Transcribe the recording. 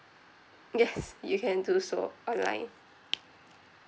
yes you can do so online